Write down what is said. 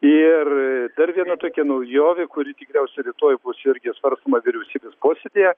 ir dar viena tokia naujovė kuri tikriausiai rytoj bus irgi svarstoma vyriausybės posėdyje